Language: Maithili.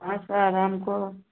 हँ सर हमको